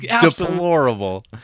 Deplorable